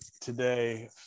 today